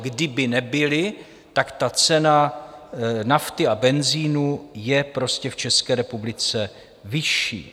Kdyby nebyly, tak ta cena nafty a benzinu je prostě v České republice vyšší.